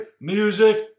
Music